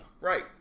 Right